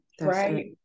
right